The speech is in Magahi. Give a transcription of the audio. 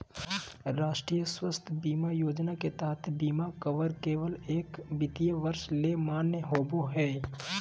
राष्ट्रीय स्वास्थ्य बीमा योजना के तहत बीमा कवर केवल एक वित्तीय वर्ष ले मान्य होबो हय